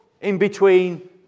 in-between